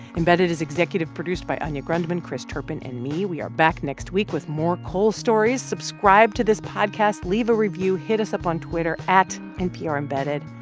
embedded is executive produced by anya grundmann, chris turpin and me. we are back next week with more coal stories. subscribe to this podcast. leave a review. hit us up on twitter at nprembedded.